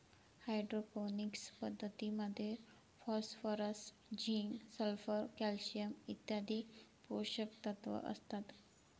hydroponics पद्धतीमध्ये phosphorus, zinc, sulphur, calcium इत्यादी पोषकतत्व असतात